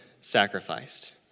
sacrificed